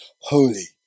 Holy